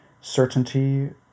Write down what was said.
certainty